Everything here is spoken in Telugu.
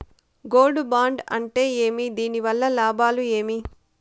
గోల్డ్ బాండు అంటే ఏమి? దీని వల్ల లాభాలు ఏమి?